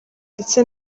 ndetse